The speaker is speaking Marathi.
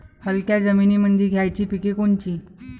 हलक्या जमीनीमंदी घ्यायची पिके कोनची?